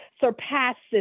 surpasses